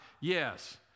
yes